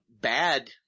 bad